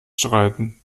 streiten